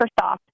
Microsoft